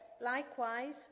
Likewise